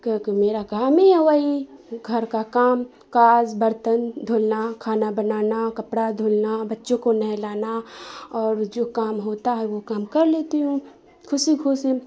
کیونکہ میرا کام ہی ہے وہی گھر کا کام کاز برتن دھلنا کھانا بنانا کپڑا دھلنا بچوں کو نہلانا اور جو کام ہوتا ہے وہ کام کر لیتی ہوں خوشی خوشی